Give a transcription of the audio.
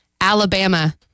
Alabama